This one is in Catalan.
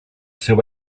seu